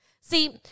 See